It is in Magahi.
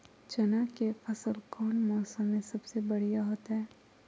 चना के फसल कौन मौसम में सबसे बढ़िया होतय?